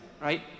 right